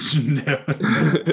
No